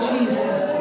Jesus